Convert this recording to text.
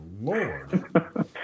Lord